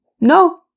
No